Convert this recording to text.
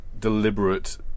deliberate